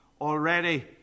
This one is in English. already